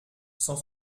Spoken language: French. cent